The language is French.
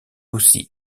aussi